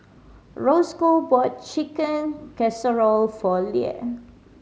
Rosco bought Chicken Casserole for Leah